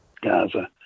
Gaza